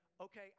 okay